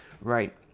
right